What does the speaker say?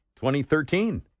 2013